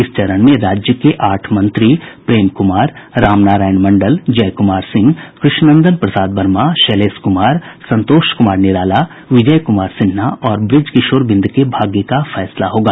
इस चरण में राज्य के आठ मंत्री प्रेम कुमार रामनारायण मण्डल जयकुमार सिंह कृष्ण नंदन प्रसाद वर्मा शैलेश कुमार संतोष कुमार निराला विजय कुमार सिन्हा और ब्रज किशोर बिंद के भाग्य का फैसला होगा